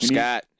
Scott